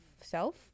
self